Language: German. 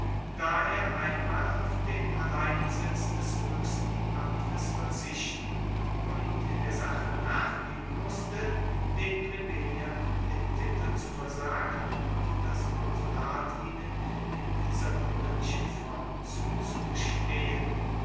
da er einmal auf den alleinbesitz des hoechsten amtes verzichten und in der sache nachgeben musste den plebejern den titel zu versagen und das konsulat ihnen in dieser wunderlichen form zuzugestehen